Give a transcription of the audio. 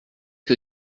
que